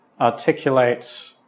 articulate